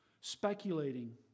speculating